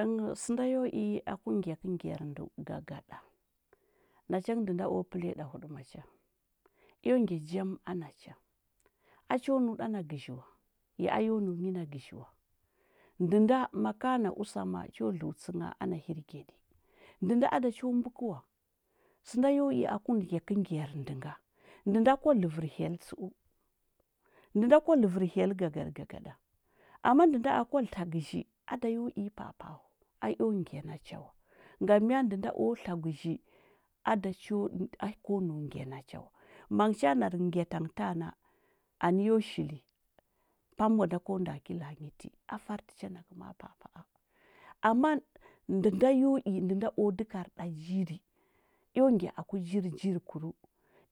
Ə- sənda yo i aku ngyakə ngyar ndəu gagaɗa, nacha ngə ndə nda o pəliya ɗa huɗəma cha, eo ngya jam ana cha. A cho nəu ɗa gəzhi wa, ya a yo nəu nyi na gəzhi wa. Ndə nda ma ka na usama, cho dluutsə na ana hirgyaɗi. Ndə nda a da cho mbukə wa. Sənda yo i aku ngyakə ngyar ndə nga. Ndə nda kwa ləvər hyel tsəu, ndə da kwa ləvər hyel gagaɗə gagaɗa. Amma ndə nda akwa tla gəzhi, a da yo i nyi pa apa a wa, a eo ngya na cha wa. Ngam mya? Ndə o tla gəzhi, a da cho a ko nau ngya na ha wa. Mangə cha nar nghə ngyata nghə ta na, anə yo shili, pam mbwa da ko nda ki la a nyi ti, a fartə ha a kə ma a pa apa a. Amma ndə nda yo i ndə nda o dəkar ɗa jiri, eo ngya aku jiri jirikuru,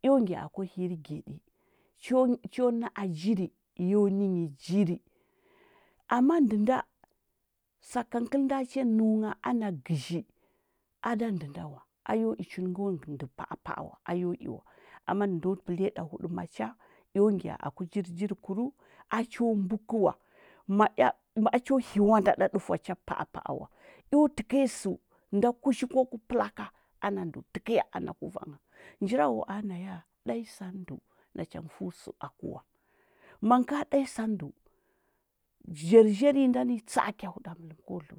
eo ngya aku hirgyaɗi. Cho na na a jiri, yo nə nyi jiri. Amma ndə nda, saka ngə kəlda cha nəu ngha ana gəzhi, a da ndə nda wa. A yo i chul ngawa ndə ndə pa apa a wa, a yo i wa. Amma ndə do pəliya ɗa huɗama cha, eo ngya aku jiri jirikuru, a cho mbukə wa. Ma ea a cho hiwanda ɗa ɗufwa cha pa apa a wa. Eo təkəya səu nda kushiu ko u pəla ka ana ndəu təkəya ana kuvangha. Njirawawa a na ya, ɗa nyi sa ndəu, nacha ngə fəu səu aku wua. Ma ngə ka ɗa nyi sa ndəu, zharzhar nyi ndani, tsa a kya huɗamələm ko dləu